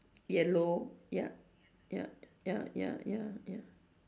yellow ya ya ya ya ya